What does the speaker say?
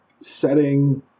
setting